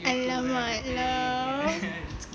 !alamak! lah